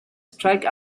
strike